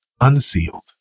unsealed